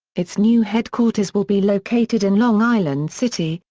its new headquarters will be located in long island city,